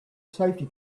safety